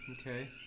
okay